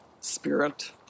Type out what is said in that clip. spirit